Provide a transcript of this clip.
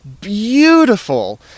beautiful